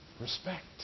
respect